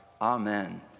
Amen